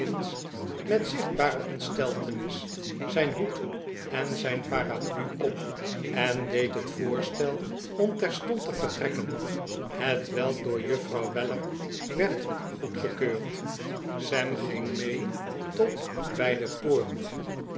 met zichtbare ontsteltenis zijn hoed en zijn paraplu op en deed het voorstel om terstond te vertrekken hetwelk door juffrouw weller werd goedgekeurd sam ging mee tot bij de poort